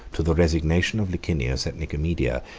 to the resignation of licinius, at nicomedia,